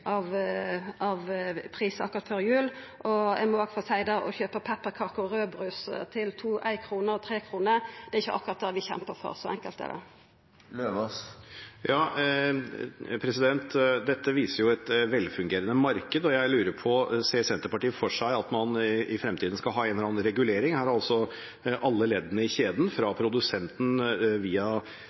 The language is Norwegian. av prisar akkurat før jul. Eg må i alle fall seia at å kjøpa peparkaker og raudbrus til 1 kr og til 3 kr, er ikkje akkurat det vi kjempar for. Så enkelt er det. Dette viser jo et velfungerende marked, og jeg lurer på: Ser Senterpartiet for seg at man i fremtiden skal ha en eller annen regulering? Her har altså alle leddene i kjeden, fra produsenten via